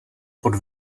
pod